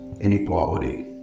inequality